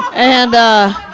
and ah,